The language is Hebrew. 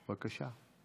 בבקשה.